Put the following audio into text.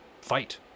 fight